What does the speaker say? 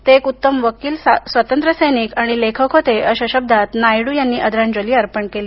ते एक उत्तम वकील स्वातंत्र्य सैनिक आणि लेखक होते अशा शद्वात नायडू यांनी आदरांजली अर्पण केली